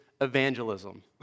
evangelism